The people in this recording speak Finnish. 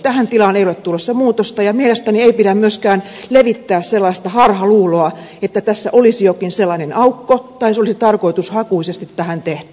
tähän tilaan ei ole tulossa muutosta ja mielestäni ei pidä myöskään levittää sellaista harhaluuloa että tässä olisi jokin sellainen aukko tai se olisi tarkoitushakuisesti tähän tehty